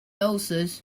ulcers